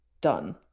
done